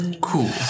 Cool